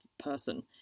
person